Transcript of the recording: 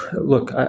look